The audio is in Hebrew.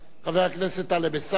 חבר הכנסת טלב אלסאנע.